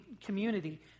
community